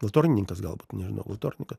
valtornininkas galbūt nežinau valtornininkas